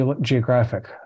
geographic